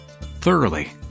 thoroughly